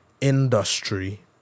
industry